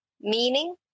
meaning